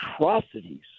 atrocities